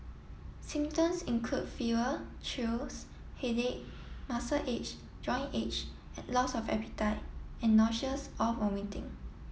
symptoms include fever chills headache muscle aches joint aches loss of appetite and nausea's or vomiting